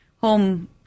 home